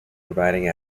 providing